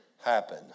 happen